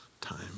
time